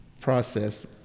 process